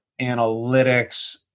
analytics